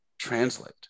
translate